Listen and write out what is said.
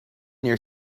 near